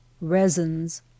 resins